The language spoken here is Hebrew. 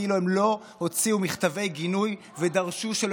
כאילו הם לא הוציאו מכתבי גינוי ודרשו שלא